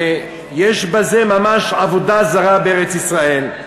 ויש בזה ממש עבודה זרה בארץ-ישראל,